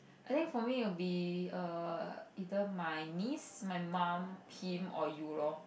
I think for me will be err either my niece my mum Pim or you loh